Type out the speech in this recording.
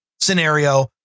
scenario